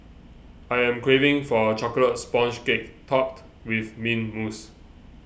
I am craving for a Chocolate Sponge Cake Topped with Mint Mousse